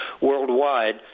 worldwide